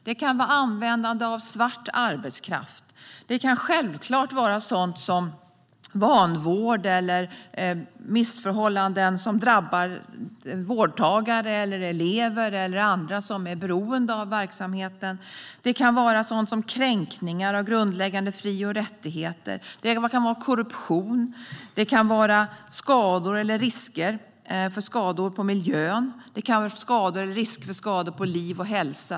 Det kan vara användande av svart arbetskraft. Det kan självklart vara sådant som vanvård eller missförhållanden som drabbar vårdtagare, elever eller andra som är beroende av verksamheten. Det kan vara sådant som kränkningar av grundläggande fri och rättigheter. Det kan vara korruption. Det kan vara skador eller risk för skador på miljön. Det kan vara skador eller risk för skador på liv och hälsa.